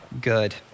good